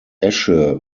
esche